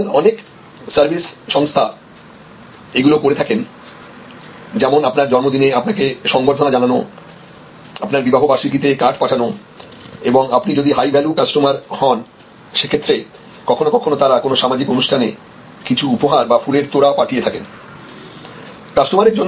আজকাল অনেক সার্ভিস সংস্থা এগুলো করে থাকেন যেমন আপনার জন্মদিনে আপনাকে সংবর্ধনা জানানো আপনার বিবাহবার্ষিকীতে কার্ড পাঠানো এবং আপনি যদি হাই ভ্যালু কাস্টমার হন সেক্ষেত্রে কখনো কখনো তারা কোন সামাজিক অনুষ্ঠানে কিছু উপহার বা ফুলের তোড়া পাঠিয়ে থাকেন